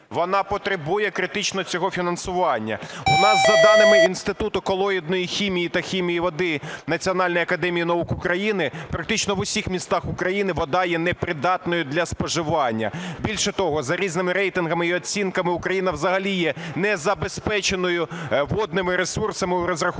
вона потребує критично цього фінансування. У нас за даними Інституту колоїдної хімії та хімії води Національної академії наук України практично в усіх містах України вода є непридатною для споживання. Більше того, за різними рейтингами і оцінками Україна взагалі є незабезпеченою водними ресурсами в розрахунку